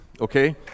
okay